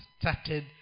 started